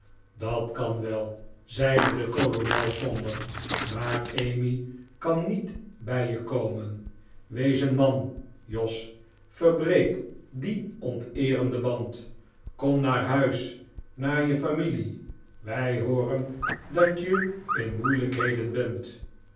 dat kan wel zeide de kolonel somber maar emmy kan niet bij je komen wees een man jos verbreek dezen onteerenden band kom naar huis naar je familie wij hooren dat je in moeilijkheden bent